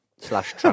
slash